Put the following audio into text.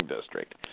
district